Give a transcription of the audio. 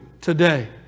today